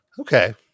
Okay